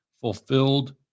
fulfilled